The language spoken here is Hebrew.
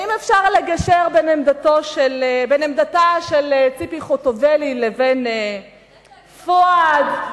האם אפשר לגשר בין עמדתה של ציפי חוטובלי לבין זו של פואד?